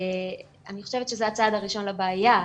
אני חושבת שזה הצעד הראשון לבעיה.